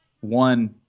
one